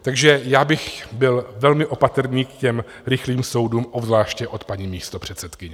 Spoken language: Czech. Takže já bych byl velmi opatrný k těm rychlým soudům, obzvláště od paní místopředsedkyně.